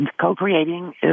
co-creating